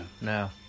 no